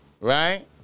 right